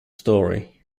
story